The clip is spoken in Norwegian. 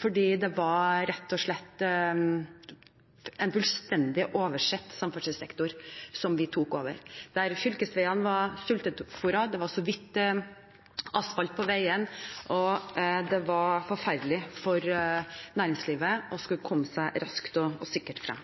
fordi det rett og slett var en fullstendig oversett samferdselssektor vi tok over, der fylkesveiene var sultefôret, det var så vidt det var asfalt på veiene, og det var forferdelig for næringslivet å skulle komme seg raskt og sikkert frem.